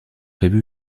prévu